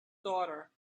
daughter